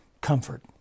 comfort